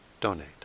donate